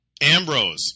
Ambrose